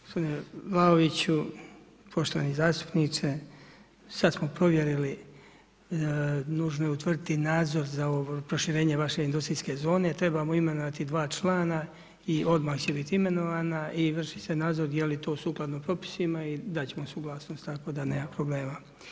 Gospodine Vlaoviću, poštovani zastupniče, sad smo provjerili, nužno je utvrditi nadzor za proširenje vaše industrijske zone, trebamo imenovati 2 člana i odmah će biti imenovana i vrši se nadzor je li to sukladno propisima i dat ćemo suglasnost, tako da nema problema.